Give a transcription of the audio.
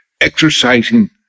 exercising